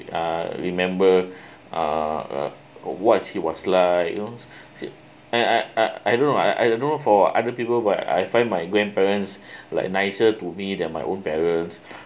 uh remember uh what's she was like you know uh uh uh I don't know I don't know for other people but I find my grandparents like nicer to me that my own parents